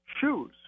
shoes